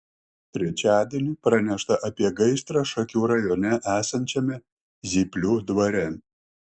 trečiadienį pranešta apie gaisrą šakių rajone esančiame zyplių dvare